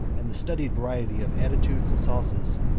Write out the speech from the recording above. and the studied variety of attitude and sauces,